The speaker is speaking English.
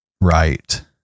right